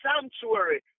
sanctuary